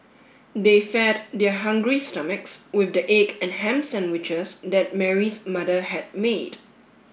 they fed their hungry stomachs with the egg and ham sandwiches that Mary's mother had made